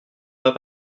pas